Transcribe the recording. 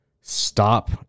stop